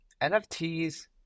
NFTs